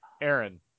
Aaron